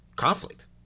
conflict